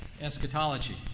eschatology